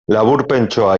laburpentxoa